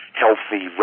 healthy